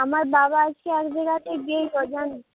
আমার বাবা আজকে এক জায়গাতে জানিস